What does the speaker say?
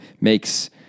makes